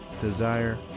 desire